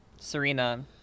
serena